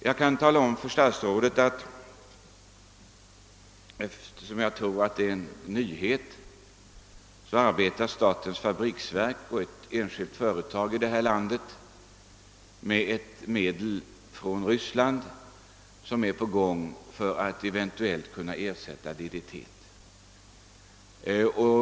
Jag kan tala om för herr statsrådet — jag tror att det är en nyhet — att försvarets fabriksverk och ett enskilt företag i detta land arbetar med ett medel från Ryssland som eventuellt kommer att kunna ersätta DDT.